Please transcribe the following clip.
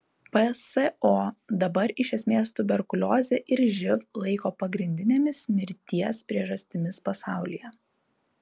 pso dabar iš esmės tuberkuliozę ir živ laiko pagrindinėmis mirties priežastimis pasaulyje